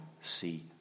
see